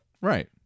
right